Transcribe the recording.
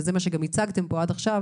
וזה מה שגם הצגתם פה עד עכשיו,